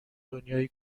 دنیای